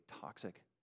toxic